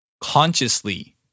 Consciously